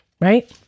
Right